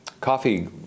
coffee